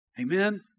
Amen